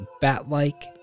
bat-like